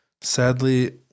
sadly